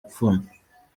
pfunwe